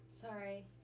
Sorry